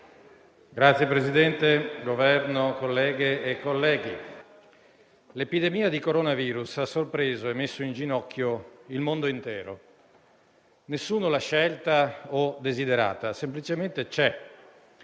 rappresentanti del Governo, colleghe e colleghi, l'epidemia di coronavirus ha sorpreso e messo in ginocchio il mondo intero. Nessuno l'ha scelta o desiderata, semplicemente c'è